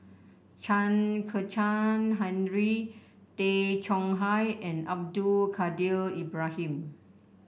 Chen Kezhan Henri Tay Chong Hai and Abdul Kadir Ibrahim